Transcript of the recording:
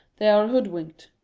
they are hoodwinked.